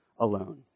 alone